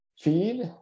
feed